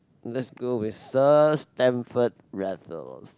let's go with Sir Stamford Raffles